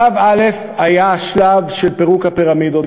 שלב א' הוא השלב של פירוק הפירמידות,